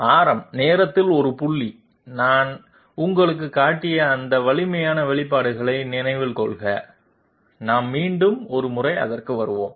ஆரம் நேரத்தில் ஒரு புள்ளியை நான் உங்களுக்குக் காட்டிய அந்த வலிமையான வெளிப்பாடுகளை நினைவில் கொள்க நாம் மீண்டும் ஒரு முறை அதற்கு வருவோம்